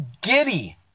giddy